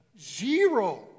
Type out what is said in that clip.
Zero